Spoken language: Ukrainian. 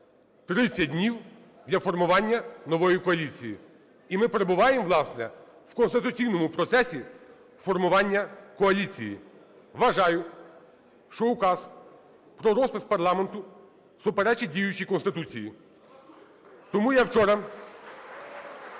30 днів для формування нової коаліції. І ми перебуваємо, власне, в конституційному процесі формування коаліції. Вважаю, що Указ про розпуск парламенту суперечить діючій Конституції. Тому я вчора